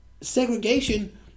segregation